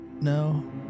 No